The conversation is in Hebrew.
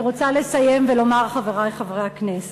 אני רוצה לסיים ולומר, חברי חברי הכנסת,